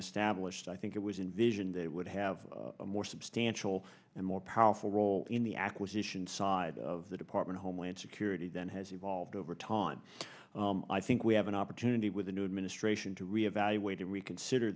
established i think it was in vision that would have a more substantial and more powerful role in the acquisition side of the department homeland security than has evolved over time i think we have an opportunity with the new administration to reevaluated we consider